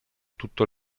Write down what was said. tutto